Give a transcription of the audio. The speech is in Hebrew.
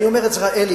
אלי,